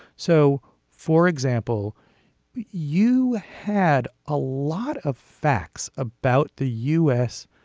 so for example you had a lot of facts about the u s.